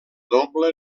doble